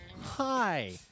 Hi